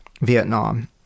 Vietnam